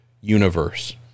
universe